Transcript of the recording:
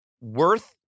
worth